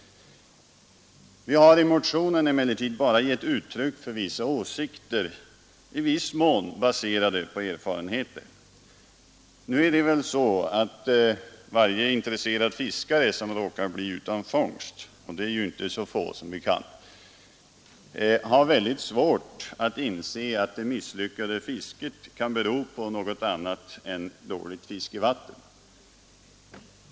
Vi har i motionen emellertid bara givit uttryck för vissa åsikter, i viss mån baserade på erfarenheter. Nu är det väl så, att varje intresserad fiskare som råkar bli utan fångst — och de är som bekant inte så få — har mycket svårt att inse att det misslyckade fisket kan bero på något annat än dåligt fiskevatten.